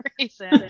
reason